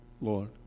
Lord